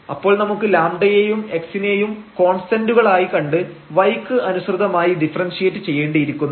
അപ്പോൾ നമുക്ക് λ യെയും x നെയും കോൺസ്റ്റൻന്റുകൾ ആയി കണ്ട് y ക്ക് അനുസൃതമായി ഡിഫറൻഷ്യേറ്റ് ചെയ്യേണ്ടിയിരിക്കുന്നു